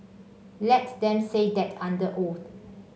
let them say that under oath